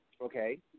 Okay